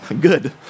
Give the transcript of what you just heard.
Good